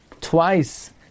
twice